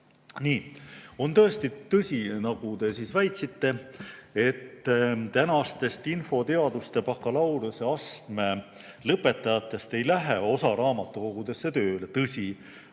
On tõesti tõsi, nagu te väitsite, et tänastest infoteaduse bakalaureuseastme lõpetajatest ei lähe osa raamatukogusse tööle. Tõsi,